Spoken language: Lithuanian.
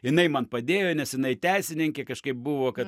jinai man padėjo nes jinai teisininkė kažkaip buvo kad